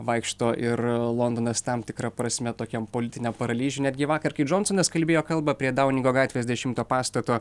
vaikšto ir londonas tam tikra prasme tokiam politiniam paralyžiuj netgi vakar kai džonsonas kalbėjo kalbą prie dauningo gatvės dešimto pastato